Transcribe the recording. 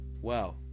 wow